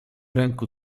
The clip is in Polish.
ręku